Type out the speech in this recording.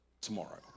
tomorrow